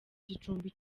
gicumbi